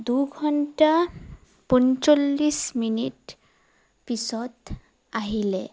দুঘণ্টা পঞ্চল্লিছ মিনিট পিছত আহিলে